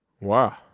Wow